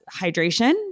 hydration